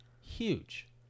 huge